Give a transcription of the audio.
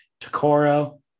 Takoro